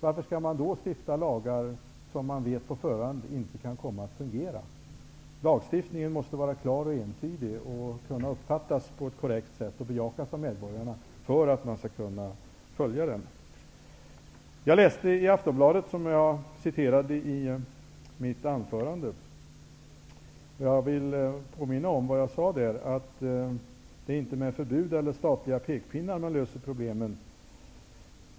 Varför skall man i så fall stifta lagar, om man på förhand vet att de inte kommer att fungera? Lagstiftningen måste vara klar och entydig, den måste kunna uppfattas på ett korrekt sätt och bejakas av medborgarna för att den skall kunna följas. Jag hänvisade i mitt huvudanförande till en artikel i Aftonbladet, och jag vill nu påminna om vad jag sade: Det är inte med förbud eller statliga pekpinnar som man löser problemen.